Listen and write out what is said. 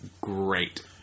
great